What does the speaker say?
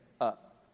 up